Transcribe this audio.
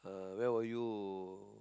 uh where were you